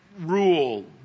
rule